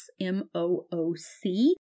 M-O-O-C